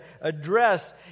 address